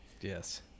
Yes